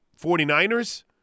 49ers